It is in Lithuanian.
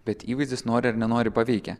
bet įvaizdis nori ar nenori paveikė